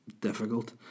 difficult